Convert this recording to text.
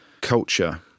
culture